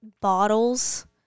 bottles